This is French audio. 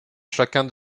chacun